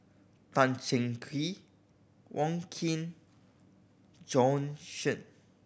Tan Cheng Kee Wong Keen Bjorn Shen